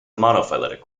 monophyletic